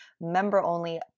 member-only